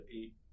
eight